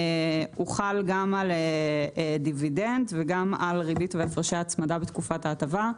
הוא חל גם על דיבידנד וגם על ריבית והפרשי הצמדה בתקופת ההטבה,